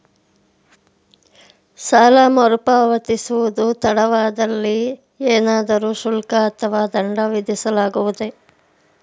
ಸಾಲ ಮರುಪಾವತಿಸುವುದು ತಡವಾದಲ್ಲಿ ಏನಾದರೂ ಶುಲ್ಕ ಅಥವಾ ದಂಡ ವಿಧಿಸಲಾಗುವುದೇ?